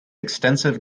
extensive